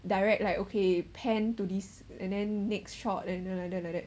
direct like okay pend to this and then next shot and then that like that